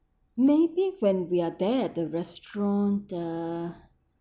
maybe when we are there at the restaurant uh